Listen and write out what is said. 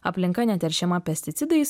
aplinka neteršiama pesticidais